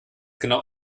genau